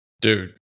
Dude